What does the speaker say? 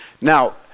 Now